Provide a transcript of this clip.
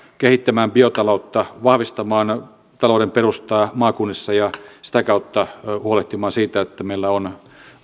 kehittämään biotaloutta vahvistamaan talouden perustaa maakunnissa ja sitä kautta huolehtimaan siitä että meillä on